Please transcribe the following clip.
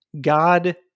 God